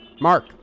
Mark